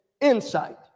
insight